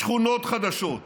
שכונות חדשות,